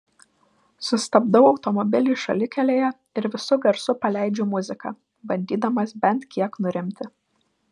sustabdau automobilį šalikelėje ir visu garsu paleidžiu muziką bandydamas bent kiek nurimti